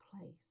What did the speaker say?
place